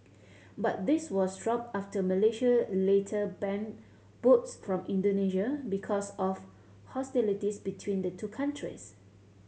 but this was dropped after Malaysia later banned boats from Indonesia because of hostilities between the two countries